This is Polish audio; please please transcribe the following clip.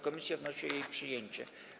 Komisja wnosi o jej przyjęcie.